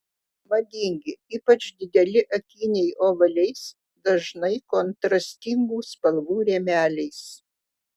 madingi ypač dideli akiniai ovaliais dažnai kontrastingų spalvų rėmeliais